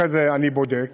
ואחרי זה אני בודק: